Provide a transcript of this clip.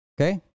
Okay